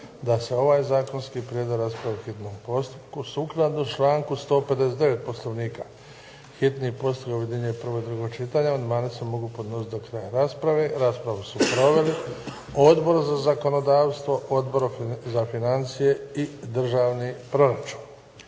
da se ovaj zakonski prijedlog raspravi u hitnom postupku, sukladno članku 159. Poslovnika. Hitni postupak objedinjuje prvo i drugo čitanje. Amandmani se mogu podnositi do kraja rasprave. Raspravu su proveli Odbor za zakonodavstvo, Odbor za financije i državni proračun.